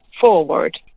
forward